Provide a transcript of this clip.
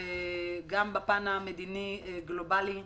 וגם בפן המדיני גלובאלי.